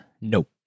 Nope